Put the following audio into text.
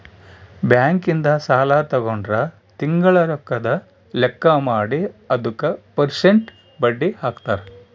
bank ಇಂದ ಸಾಲ ತಗೊಂಡ್ರ ತಿಂಗಳ ರೊಕ್ಕದ್ ಲೆಕ್ಕ ಮಾಡಿ ಅದುಕ ಪೆರ್ಸೆಂಟ್ ಬಡ್ಡಿ ಹಾಕ್ತರ